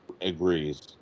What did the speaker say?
agrees